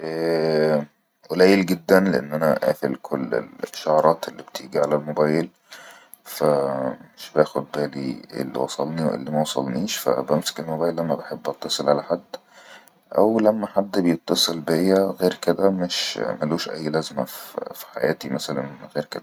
ءءء ئليل جدن لأأن أنا انا ~افل كل كل الأشعرات اللي بتيجي على الموبايل فا مش باخد بالي اللي وصلني و اللي موصلنيش فبمسك الموبايل لما بحب اتصل على حد او لما حد بيتصل بي غير كده مش ملوش اي لزمة في حياتي مثلن غير كده